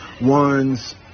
one's